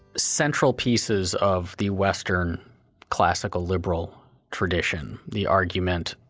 central pieces of the western classical liberal tradition. the argument